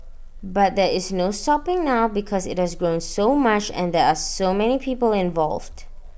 but there is no stopping now because IT does grown so much and there are so many people involved